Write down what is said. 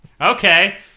Okay